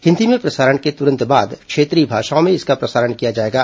हिंदी में प्रसारण के तुरंत बाद क्षेत्रीय भाषाओं में इसका प्रसारण किया जाएगा